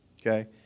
okay